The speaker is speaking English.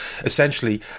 essentially